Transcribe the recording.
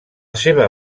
seva